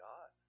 God